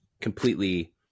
completely